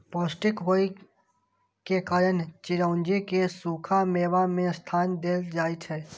पौष्टिक होइ के कारण चिरौंजी कें सूखा मेवा मे स्थान देल जाइ छै